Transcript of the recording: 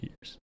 years